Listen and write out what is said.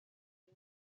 این